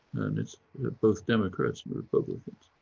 and it's both democrats and republicans.